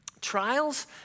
Trials